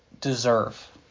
deserve